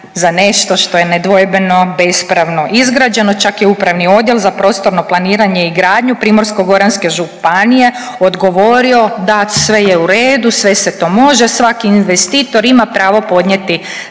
za nešto što je nedvojbeno bespravno izgrađeno. Čak je Upravni odjel za prostorno planiranje i gradnju Primorsko-goranske županije odgovorio da sve je u redu, sve se to može, svaki investitor ima pravo podnijeti